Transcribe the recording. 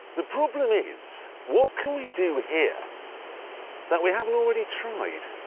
the problem is, what can we do here that we haven't already tried?